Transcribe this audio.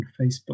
Facebook